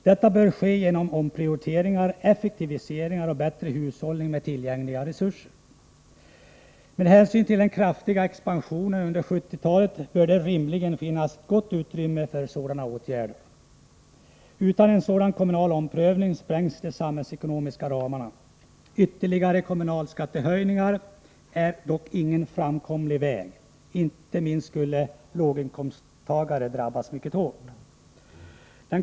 Detta bör ske genom omprioriteringar, effektiviseringar och bättre hushållning med tillgängliga resurser. Med hänsyn till den kraftiga expansionen under 1970-talet bör det rimligen finnas ett gott utrymme för sådana åtgärder. Utan en sådan kommunal omprövning sprängs de samhällsekonomiska ramarna. Ytterligare kommunalskattehöjningar är dock ingen framkomlig väg. Inte minst skulle låginkomsttagare drabbas mycket hårt av sådana.